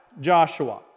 Joshua